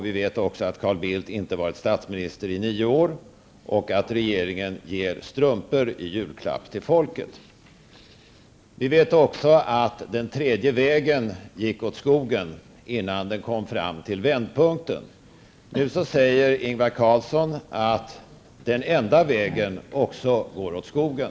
Vi vet också att Carl Bildt inte har varit statsminister i nio år och att regeringen ger strumpor i julklapp till folket. Vi vet också att den tredje vägen gick åt skogen innan den kom fram till vändpunkten. Nu säger Ingvar Carlsson att den enda vägen också går åt skogen.